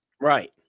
Right